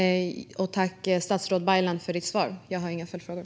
Fru talman! Jag tackar statsrådet Baylan för svaret. Jag har inga följdfrågor.